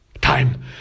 time